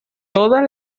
todas